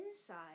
inside